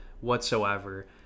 whatsoever